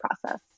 process